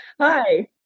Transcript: Hi